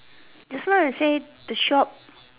that's why I say the shop